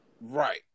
right